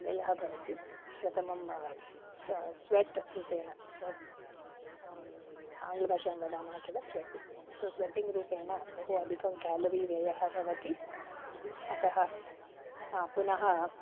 व्ययः भवति प्रथमं स स्वेट् रूपेण स्वेट् आङ्ग्लभाषां वदामः किल स्वेट्टिङ्ग् सो स्वेटिङ्ग् रूपेण बहु अधिकं केलरि व्ययः भवति अतः पुनः